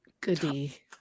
Goody